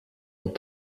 ont